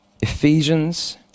Ephesians